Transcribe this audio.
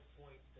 point